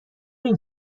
این